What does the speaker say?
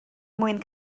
mwyn